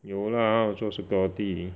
有 lah 做 security